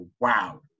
wow